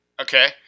okay